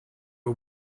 are